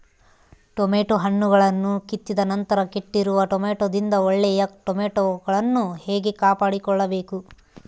Tomato ಹಣ್ಣುಗಳನ್ನು ಕಿತ್ತಿದ ನಂತರ ಕೆಟ್ಟಿರುವ ಟೊಮೆಟೊದಿಂದ ಒಳ್ಳೆಯ ಟೊಮೆಟೊಗಳನ್ನು ಹೇಗೆ ಕಾಪಾಡಿಕೊಳ್ಳಬೇಕು?